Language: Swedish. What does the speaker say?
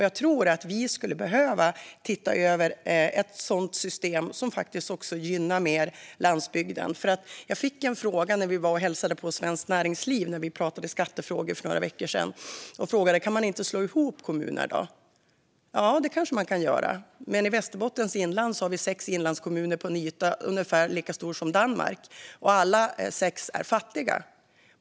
Jag tror att vi skulle behöva titta på ett system som mer gynnar landsbygden. För några veckor sedan var vi och hälsade på Svenskt Näringsliv och pratade skattefrågor, och jag fick då frågan om man inte kunde slå ihop kommuner. Jo, det kanske man kan göra. Men i Västerbottens inland har vi sex inlandskommuner på en yta ungefär lika stor som Danmark, och alla sex är fattiga.